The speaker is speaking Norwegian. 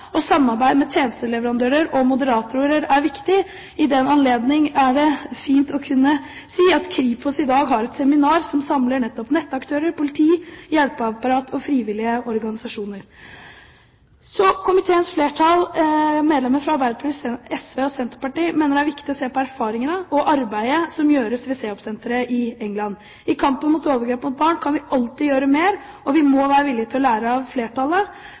og samarbeid med tjenesteleverandører og moderatorer er viktig. I den anledning er det fint å kunne si at Kripos i dag har et seminar som samler nettopp nettaktører, politi, hjelpeapparat og frivillige organisasjoner. Komiteens flertall, medlemmene fra Arbeiderpartiet, SV og Senterpartiet, mener det er viktig å se på erfaringene og arbeidet som gjøres ved CEOP-senteret i England. I kampen mot overgrep mot barn kan vi alltid gjøre mer, og vi må være villige til å lære av flertallet.